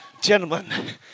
Gentlemen